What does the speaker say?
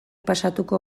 pasatuko